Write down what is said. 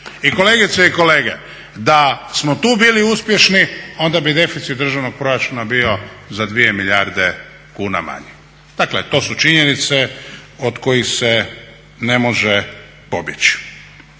I kolegice i kolege, da smo tu bili uspješni onda bi deficit državnog proračuna bio za 2 milijarde kuna manji. Dakle to su činjenice od kojih se ne može pobjeći.